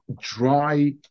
dry